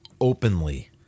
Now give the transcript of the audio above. openly